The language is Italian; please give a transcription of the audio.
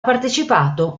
partecipato